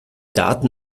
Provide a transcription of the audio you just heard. daten